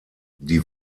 die